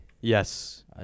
Yes